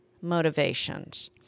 motivations